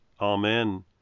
Amen